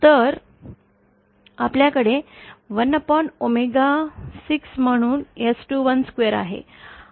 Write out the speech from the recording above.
तर असल्याकडे 1ओमेगा 6 म्हणून S212 आहे